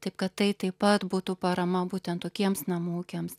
taip kad tai taip pat būtų parama būtent tokiems namų ūkiams